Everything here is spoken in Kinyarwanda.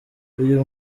uyu